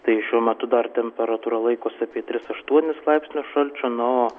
tai šiuo metu dar temperatūra laikosi apie tris aštuonis laipsnius šalčio na o